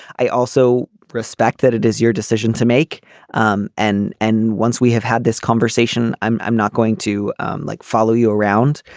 i also respect that it is your decision to make um and and and once we have had this conversation i'm i'm not going to um like follow you around.